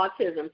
autism